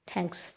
thanks